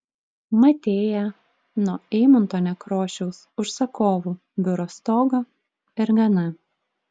matei ją nuo eimunto nekrošiaus užsakovų biuro stogo ir gana